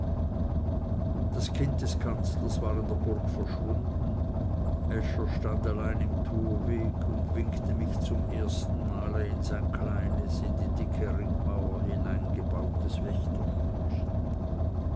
das kind des kanzlers war in der burg verschwunden äscher stand allein im torweg und winkte mich zum ersten male in sein kleines in die dicke ringmauer hineingebautes